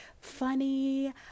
funny